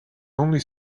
only